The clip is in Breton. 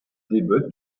debret